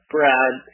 Brad